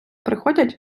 приходять